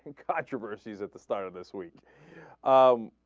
controversies at the start of this week ah.